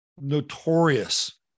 notorious